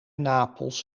napels